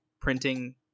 printing